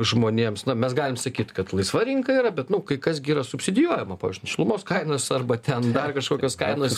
žmonėms na mes galim sakyt kad laisva rinka yra bet nu kai kas gi yra subsidijuojama šilumos kainos arba ten dar kažkokios kainos